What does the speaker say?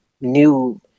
new